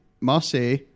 Marseille